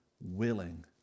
willing